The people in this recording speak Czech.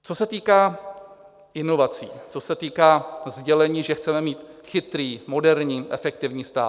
Co se týká inovací, co se týká sdělení, že chceme mít chytrý, moderní, efektivní stát.